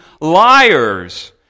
liars